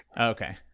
Okay